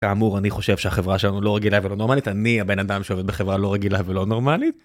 כאמור אני חושב שהחברה שלנו לא רגילה ולא נורמלית, אני הבן אדם שעובד בחברה לא רגילה ולא נורמלית.